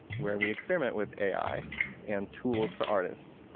where we experiment with ai and tools for artists.